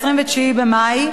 ב-29 במאי,